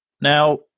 Now